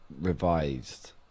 revised